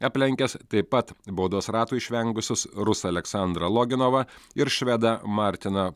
aplenkęs taip pat baudos ratų išvengusius rusą aleksandrą loginovą ir švedą martiną